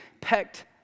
pecked